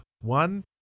One